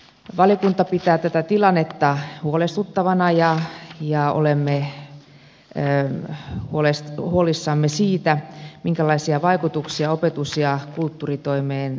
valiokunta pitää tätä tilannetta huolestuttavana ja olemme huolissamme siitä minkälaisia vaikutuksia tällä on opetus ja kulttuuritoimeen